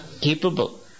capable